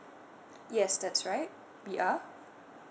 yes that's right P_R